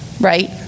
right